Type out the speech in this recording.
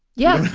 yeah,